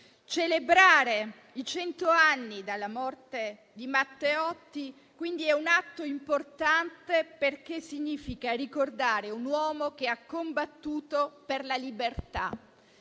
Celebrare i cento anni dalla morte di Matteotti, quindi, è un atto importante, perché significa ricordare un uomo che ha combattuto per la libertà.